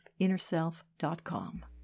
InnerSelf.com